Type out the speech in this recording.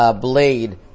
blade